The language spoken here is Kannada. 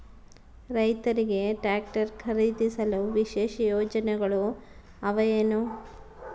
ರೈತರಿಗೆ ಟ್ರಾಕ್ಟರ್ ಖರೇದಿಸಲು ವಿಶೇಷ ಯೋಜನೆಗಳು ಅವ ಏನು?